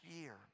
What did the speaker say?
year